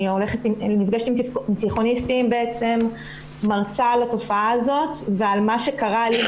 אני בעצם נפגשת עם תיכוניסטים ומרצה על התופעה הזאת ועל מה שקרה לי.